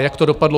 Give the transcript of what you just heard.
Jak to dopadlo?